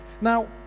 Now